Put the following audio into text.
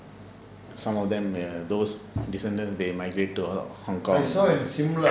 some of them those decendents they migrate to hong kong